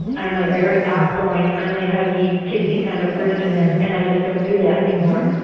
i'm a very outgoing, friendly, huggy, kissy kind of person and and i just don't do that anymore.